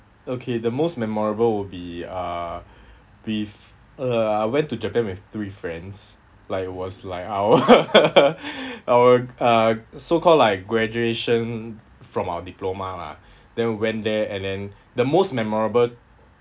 okay the most memorable will be uh with uh I went to japan with three friends like it was like our our uh so called like graduation from our diploma lah then we went there and then the most memorable